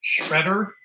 Shredder